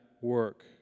work